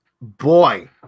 boy